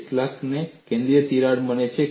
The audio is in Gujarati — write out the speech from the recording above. કેટલાને કેન્દ્રીય તિરાડ મળી છે